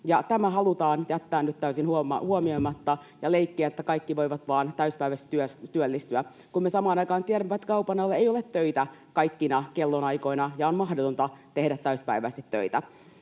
Tämä halutaan jättää nyt täysin huomioimatta ja leikkiä, että kaikki voivat vaan täysipäiväisesti työllistyä, kun me samaan aikaan tiedetään, että kaupan alalla ei ole töitä kaikkina kellonaikoina ja on mahdotonta tehdä täysipäiväisesti töitä.